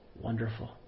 wonderful